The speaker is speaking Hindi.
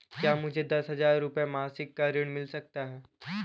क्या मुझे दस हजार रुपये मासिक का ऋण मिल सकता है?